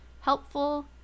helpful